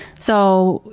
so,